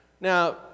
Now